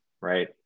right